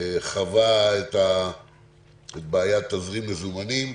חווה את בעיית תזרים המזומנים.